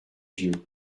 yeux